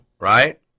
right